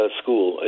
school